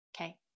Okay